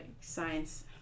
science